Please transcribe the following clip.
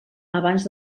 abans